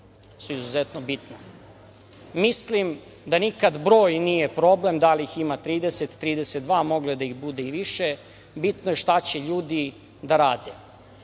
su izuzetno bitna. Mislim da nikada broj nije problem, da li ih ima 30-32, moglo je da ih bude i više, bitno je šta će ljudi da rade.